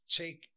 take